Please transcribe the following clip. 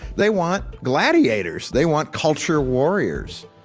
they want gladiators. they want culture warriors.